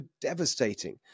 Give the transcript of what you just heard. devastating